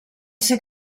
ser